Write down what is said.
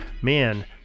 man